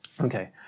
Okay